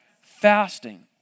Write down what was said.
Fasting